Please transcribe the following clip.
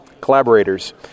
collaborators